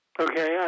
Okay